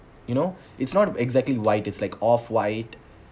you know it's not exactly wide it's like of wide